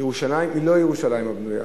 ירושלים היא לא ירושלים הבנויה.